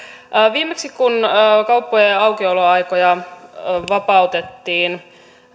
viimeksi kun kauppojen aukioloaikoja vapautettiin